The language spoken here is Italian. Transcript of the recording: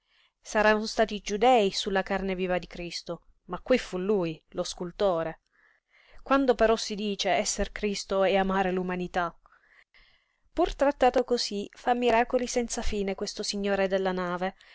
saranno stati i giudei su la carne viva di cristo ma qui fu lui lo scultore quando però si dice esser cristo e amare l'umanità pur trattato cosí fa miracoli senza fine questo signore della nave